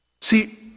See